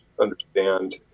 understand